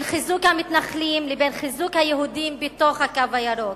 בין חיזוק המתנחלים לבין חיזוק היהודים בתוך "הקו הירוק".